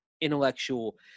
intellectual